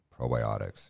probiotics